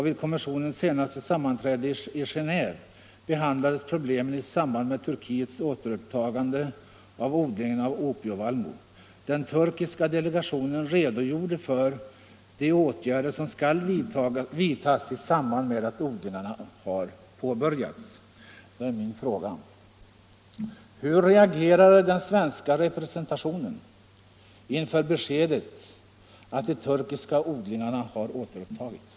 Vid kommissionens senaste sammanträde i Geneve —--=- behandlades problemen i samband med Turkiets återupptagande av odlingen av opievallmo. Den turkiska delegationen redogjorde för de åtgärder som skall vidtas i samband med att odlingarna åter har påbörjats.” Då är min fråga: Hur reagerade den svenska representationen inför beskedet att de turkiska odlingarna har återupptagits?